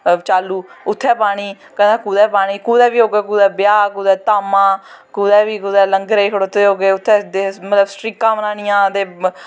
चाल्लू उत्थें पानी कदैं कुदै पानी कुदै बी होगा ब्याह् कुदै धामां कुदै बी कुदै लंगरे च खड़ेते दे होगै उत्थें मतल शिड़कां बनानियां ते